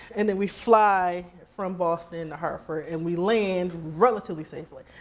and then we fly from boston to hartford and we land relatively safely.